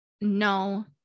no